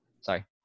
Sorry